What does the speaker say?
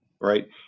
right